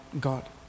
God